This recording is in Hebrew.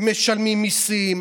הם משלמים מיסים,